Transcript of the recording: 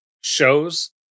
shows